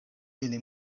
ili